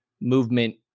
movement